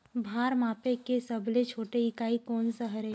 भार मापे के सबले छोटे इकाई कोन सा हरे?